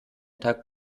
tag